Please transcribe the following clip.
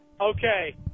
Okay